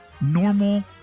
normal